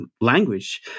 language